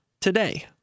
today